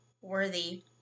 worthy